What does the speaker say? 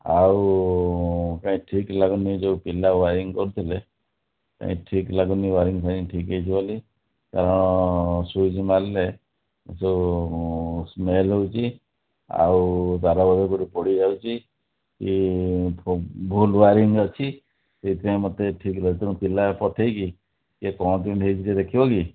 ଆଉ କାଇଁ ଠିକ୍ ଲାଗୁନି ଯେଉଁ ପିଲା ୱାରିଙ୍ଗ୍ କରୁଥିଲେ କାଇଁ ଠିକ୍ ଲାଗୁନି ୱାରିଙ୍ଗ୍ ଫ୍ୱାରିଙ୍ଗ୍ ଠିକ୍ ହୋଇଛି ବୋଲି କାରଣ ସ୍ଵିଚ୍ ମାରିଲେ ଯେଉଁ ସ୍ମେଲ୍ ହେଉଛି ଆଉ ତାର ବୋଧେ କେଉଁଠି ପୋଡ଼ି ଯାଉଛି ଏ ଭୁଲ୍ ୱାରିଙ୍ଗ୍ ଅଛି ସେଥିପାଇଁ ମୋତେ ଠିକ୍ ଲାଗୁନି ତେଣୁ ପିଲା ପଠାଇକି ଟିକିଏ କ'ଣ କେମିତି ହୋଇଛି ଟିକିଏ ଦେଖିବ କି